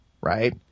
right –